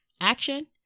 action